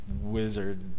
wizard